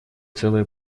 целое